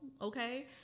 okay